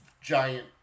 giant